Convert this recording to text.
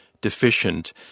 deficient